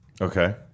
Okay